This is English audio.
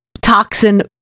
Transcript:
toxin